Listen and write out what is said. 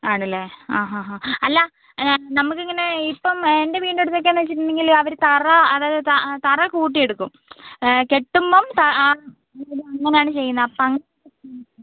ആണല്ലേ ആ ഹാ ഹാ അല്ല നമുക്ക് ഇങ്ങനെ ഇപ്പം എൻ്റെ വീടിൻ്റെ അടുത്തൊക്കെ ആണെന്ന് വെച്ചിട്ടുണ്ടങ്കിൽ അവർ തറ അതായത് തറ കൂട്ടി എടുക്കും കെട്ടുമ്പം അങ്ങനെ ആണ് ചെയ്യുന്നത് അപ്പം